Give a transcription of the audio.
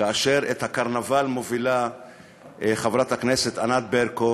כאשר את הקרנבל מובילה חברת הכנסת ענת ברקו,